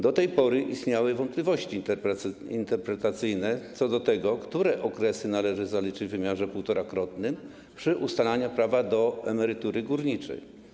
Do tej pory istniały wątpliwości interpretacyjne co do tego, które okresy należy zaliczyć w wymiarze 1,5-krotnym przy ustalaniu prawa do emerytury górniczej.